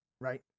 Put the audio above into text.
right